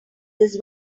this